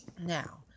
now